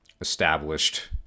established